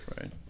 Right